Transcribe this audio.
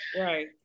right